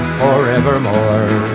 forevermore